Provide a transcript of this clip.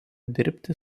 dirbti